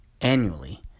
annually